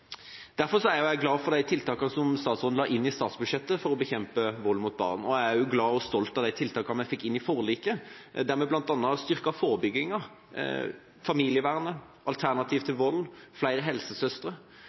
er jeg glad for de tiltakene som statsråden la inn i statsbudsjettet for å bekjempe vold mot barn, og jeg er også glad og stolt over de tiltakene vi fikk inn i forliket, der vi bl.a. styrket forebygginga, familievernet, Alternativ til Vold, flere helsesøstre.